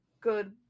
good